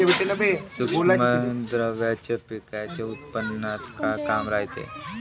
सूक्ष्म द्रव्याचं पिकाच्या उत्पन्नात का काम रायते?